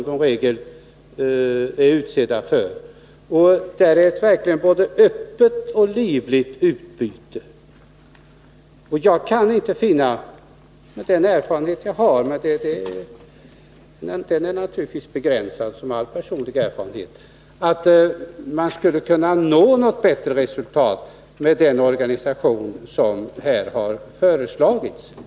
Där är det verkligen ett både öppet och livligt meningsutbyte. Med den erfarenhet jag har — den är naturligtvis begränsad som all personlig erfarenhet — kan jag inte finna att man skulle nå något bättre resultat med den organisation som här har föreslagits.